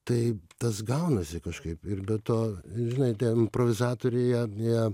tai tas gaunasi kažkaip ir be to žinai tie improvizatoriai jie jie